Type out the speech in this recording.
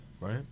right